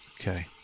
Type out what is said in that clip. okay